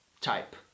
type